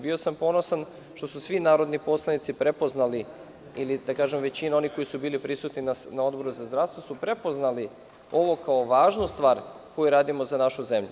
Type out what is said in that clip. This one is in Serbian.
Bio sam ponosan što su svi narodni poslanici prepoznali, ili da kažem većina oni koji su bili prisutni na Odboru za zdravstvo su prepoznali ovo kao važnu stvar koju radimo za našu zemlju.